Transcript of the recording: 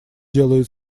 делает